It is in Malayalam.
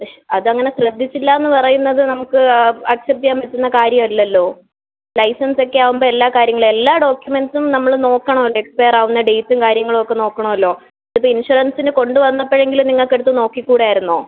അത് അങ്ങനെ ശ്രദ്ധിച്ചില്ല എന്ന് പറയുന്നത് നമുക്ക് അക്സെപ്റ്റ് ചെയ്യാൻ പറ്റുന്ന കാര്യം അല്ലല്ലോ ലൈസൻസ് ഒക്കെ ആവുമ്പോൾ എല്ലാ കാര്യങ്ങൾ എല്ലാ ഡോക്യൂമെൻറ്റ്സും നമ്മൾ നോക്കണം എക്സ്പെയർ ആവുന്ന ഡേറ്റും കാര്യങ്ങളും ഒക്കെ നോക്കണമല്ലോ ഇതിപ്പം ഇൻഷുറൻസിന് കൊണ്ട് വന്നപ്പോഴെങ്കിലും നിങ്ങൾക്ക് എടുത്ത് നോക്കി കൂടായിരുന്നോ